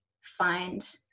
find